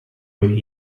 would